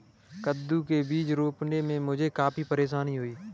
कद्दू के बीज रोपने में मुझे काफी परेशानी हुई